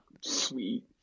Sweet